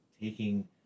taking